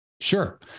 Sure